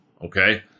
okay